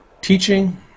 teaching